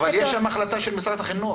אבל יש שם החלטה של משרד החינוך.